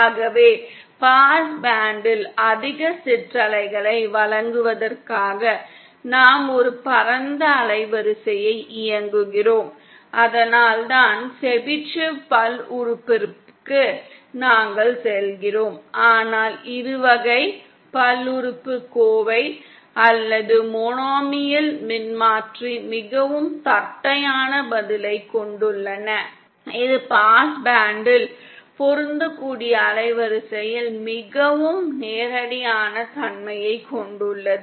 ஆகவே பாஸ் பேண்ட்ல் அதிக சிற்றலைகளை வழங்குவதற்காக நாம் ஒரு பரந்த அலைவரிசையை இயக்குகிறோம் அதனால் தான் செபிஷேவ் பல்லுறுப்புறுப்புக்கு நாங்கள் செல்கிறோம் ஆனால் இருவகை பல்லுறுப்புக்கோவை அல்லது மோனோமியல் மின்மாற்றி மிகவும் தட்டையான பதிலைக் கொண்டுள்ளன இது பாஸ் பேண்ட்யில் பொருந்தக்கூடிய அலைவரிசையில் மிகவும் நேரடியான தன்மையைக் கொண்டுள்ளது